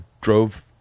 drove